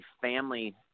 family